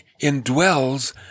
indwells